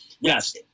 yes